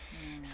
mm